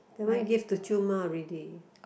that one give to 舅妈 already